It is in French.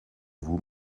vous